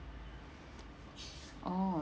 oh